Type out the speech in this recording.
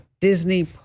Disney